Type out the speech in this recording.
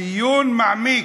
דיון מעמיק.